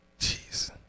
Jeez